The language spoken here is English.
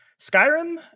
Skyrim